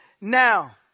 now